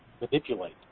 manipulate